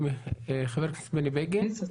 חבר הכנסת להב הרצנו, בבקשה.